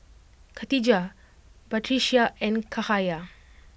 Khatijah Batrisya and Cahaya